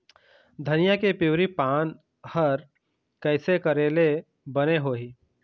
धनिया के पिवरी पान हर कइसे करेले बने होही?